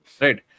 right